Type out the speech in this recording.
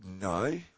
No